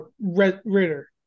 Ritter